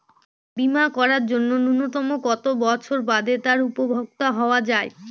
বীমা করার জন্য ন্যুনতম কত বছর বাদে তার উপভোক্তা হওয়া য়ায়?